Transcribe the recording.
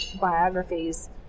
biographies